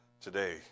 today